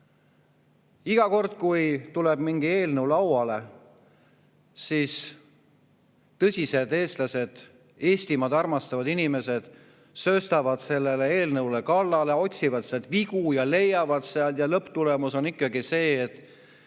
Iga kord, kui tuleb mingi eelnõu lauale, tõsised eestlased, Eestimaad armastavad inimesed sööstavad selle eelnõu kallale, otsivad vigu, leiavad neid, ja lõpptulemus on ikkagi see, et